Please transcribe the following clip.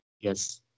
Yes